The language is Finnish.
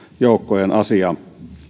joukkojen asia